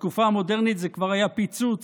בתקופה המודרנית זה כבר היה פיצוץ,